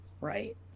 Right